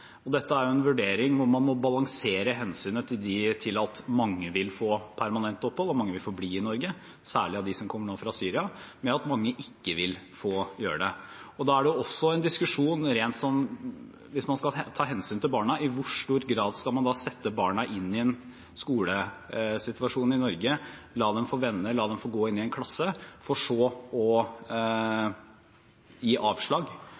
Dette er en vurdering hvor man må balansere hensynet til at mange vil få permanent opphold – og mange vil få bli i Norge, særlig av dem som nå kommer fra Syria – med at mange ikke vil få det. Da er det også en diskusjon, hvis man skal ta hensyn til barna, i hvor stor grad man skal sette barna inn i en skolesituasjon i Norge, la dem få venner, la dem få gå inn i en klasse, for så å gi avslag